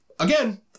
Again